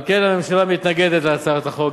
על כן הממשלה מתנגדת להצעת החוק,